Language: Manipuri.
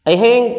ꯑꯩ ꯍꯌꯦꯡ